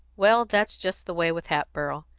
well, that's just the way with hatboro'.